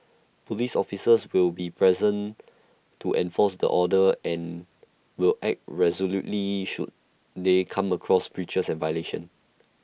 Police officers will be present to enforce the order and will act resolutely should they come across breaches and violations